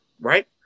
right